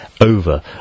over